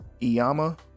Iyama